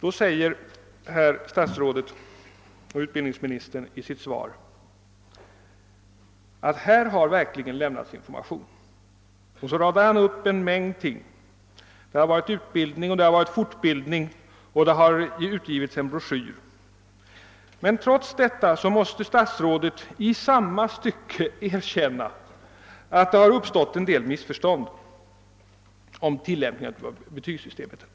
Men utbildningsministern säger i sitt svar att här har verkligen lämnats information, och så radar han upp en mängd ting: det har varit utbildning och fortbildning och det har utgivits en broschyr. Trots detta måste statsrådet dock i samma stycke erkänna att det har uppstått en del missförstånd rörande tillämpningen av betygssystemet.